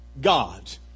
God